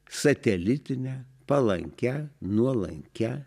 satelitine palankia nuolankia